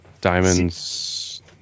diamonds